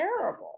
terrible